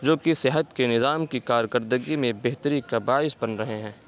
جو کہ صحت کے نظام کی کارکردگی میں بہتری کا باعث بن رہے ہیں